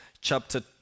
chapter